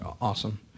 awesome